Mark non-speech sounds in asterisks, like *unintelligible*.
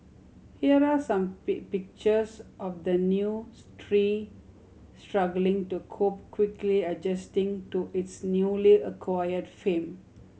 here are some *unintelligible* pictures of the new *unintelligible* tree struggling to cope quickly adjusting to its newly acquired fame